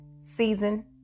Season